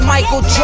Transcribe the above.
Michael